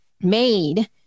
made